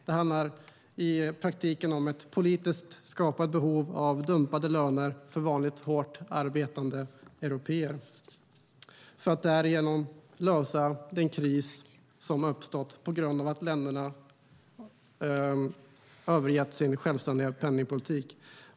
Det handlar i praktiken om ett politiskt skapat behov av dumpade löner för vanliga, hårt arbetande européer, för att därigenom lösa den kris som har uppstått på grund av att länderna har övergett sin självständiga penningpolitik.